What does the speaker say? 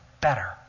better